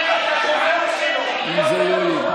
אני מוחה, אם זה יועיל.